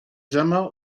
jemma